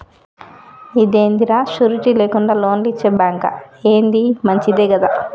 ఇదేందిరా, షూరిటీ లేకుండా లోన్లిచ్చే బాంకా, ఏంది మంచిదే గదా